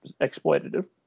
exploitative